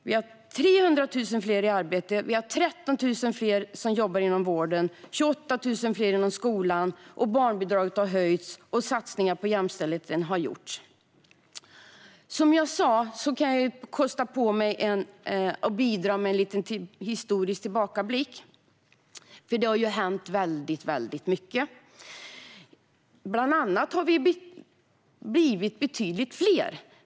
Vi har 300 000 fler i arbete, 13 000 fler som jobbar inom vården och 28 000 fler i skolan. Barnbidraget har höjts, och satsningar på jämställdheten har gjorts. Som jag sa kan jag kosta på mig att bidra med en liten historisk tillbakablick. Det har hänt väldigt mycket. Bland annat har vi blivit betydligt fler.